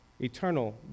eternal